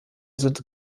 sind